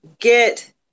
get –